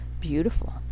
Beautiful